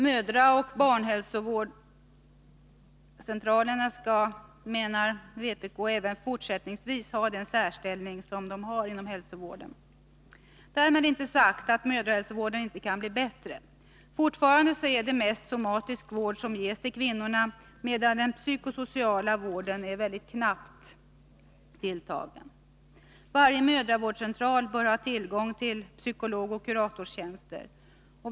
Mödraoch barnhälsovårdscentralerna skall enligt vpk:s mening även fortsättningsvis ha den särställning de har inom hälsovården. Därmed inte sagt att mödrahälsovården inte kan bli bättre. Fortfarande är det mest somatisk vård som ges till kvinnorna, medan den psykosociala vården är knappt tilltagen. Varje mödravårdscentral bör ha tillgång till psykologoch kuratorstjänster.